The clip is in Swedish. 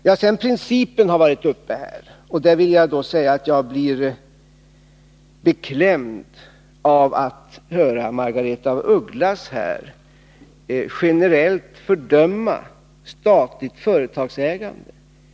Frågan om principen har också varit uppe till debatt här. Där vill jag då säga att jag blir beklämd av att höra Margaretha af Ugglas generellt fördöma statligt företagsägande.